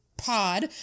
pod